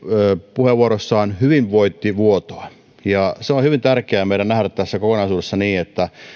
puheenvuorossaan hyvinvointivuotoa se on hyvin tärkeä meidän nähdä tässä kokonaisuudessa